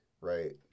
right